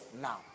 now